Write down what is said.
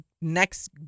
next